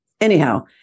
anyhow